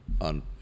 on